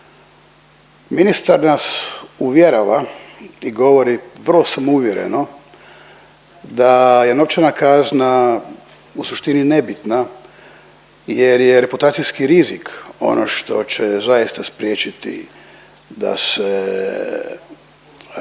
Ministar nas uvjerava i govori vrlo samouvjereno da je novčana kazna u suštini nebitna jer je reputacijski rizik ono što će zaista spriječiti da se ne